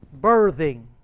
birthing